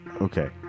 Okay